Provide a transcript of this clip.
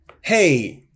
hey